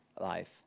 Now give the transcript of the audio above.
life